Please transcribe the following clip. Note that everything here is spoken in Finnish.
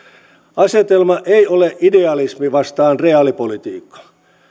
asetelma ei ole idealismi vastaan reaalipolitiikka